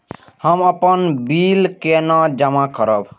हम अपन बिल केना जमा करब?